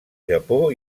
japó